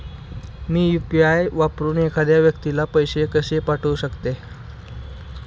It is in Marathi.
मी यु.पी.आय वापरून एखाद्या व्यक्तीला पैसे कसे पाठवू शकते?